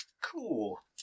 Cool